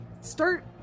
start